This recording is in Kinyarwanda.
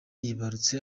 yibarutse